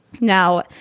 Now